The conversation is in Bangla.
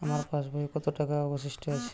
আমার পাশ বইয়ে কতো টাকা অবশিষ্ট আছে?